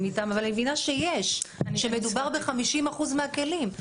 אותם אבל אני מבינה שיש ושמדובר ב-50 אחוזים מהכלים,